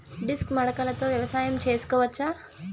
Disc మడకలతో వ్యవసాయం చేసుకోవచ్చా??